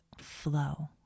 flow